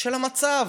של המצב.